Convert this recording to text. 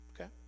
Okay